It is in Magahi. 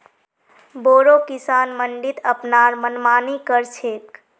बोरो किसान मंडीत अपनार मनमानी कर छेक